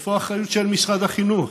איפה האחריות של משרד החינוך.